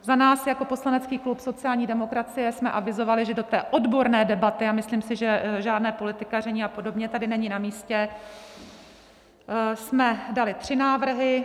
Za nás jako poslanecký klub sociální demokracie jsme avizovali, že do odborné debaty a myslím si, že žádné politikaření a podobně tady není namístě jsme dali tři návrhy.